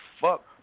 fuck